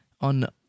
on